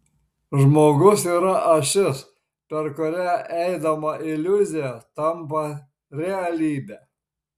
žmogus yra ašis per kurią eidama iliuzija tampa realybe